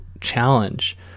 challenge